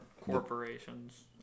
corporations